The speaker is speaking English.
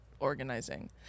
organizing